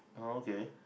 oh okay